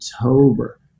october